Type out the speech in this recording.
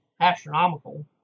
astronomical